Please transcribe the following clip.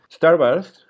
Starburst